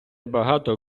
багато